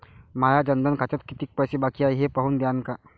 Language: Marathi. माया जनधन खात्यात कितीक पैसे बाकी हाय हे पाहून द्यान का?